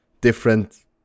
different